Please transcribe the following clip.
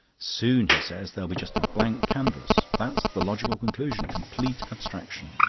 soon, he says, there'll be just the blank canvas. that's the logical conclusion. complete abstraction.